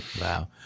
Wow